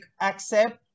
accept